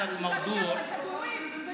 כל הכבוד, כמה התגעגענו.